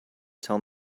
tell